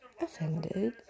offended